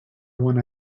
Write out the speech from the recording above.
one